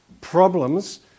problems